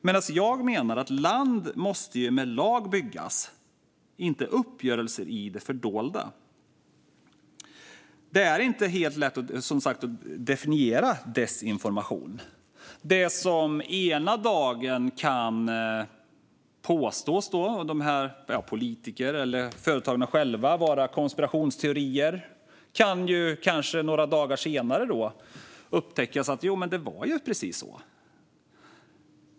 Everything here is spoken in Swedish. Land måste med lag byggas, menar jag, och inte med uppgörelser i det fördolda. Det är som sagt inte helt lätt att definiera desinformation. Det som ena dagen kan påstås av politiker eller företagen själva vara konspirationsteorier kan kanske några dagar senare uppdagas ha varit precis så som det verkade.